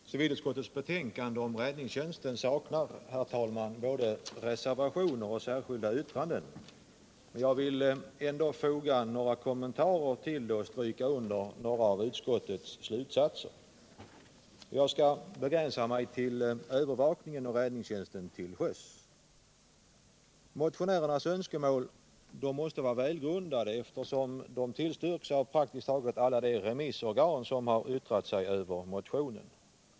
Herr talman! Civilutskottets betänkande om räddningstjänsten saknar både reservationer och särskilda yttranden. Jag vill ändå foga några kommentarer till det och stryka under några av utskottets slutsatser. Jag skall begränsa mig till övervakningen och räddningstjänsten till sjöss. De önskemål som vi motionärer framfört måste vara välgrundade, eftersom de tillstyrks av praktiskt taget alla de remissorgan som yttrat sig över motionerna.